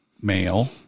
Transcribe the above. male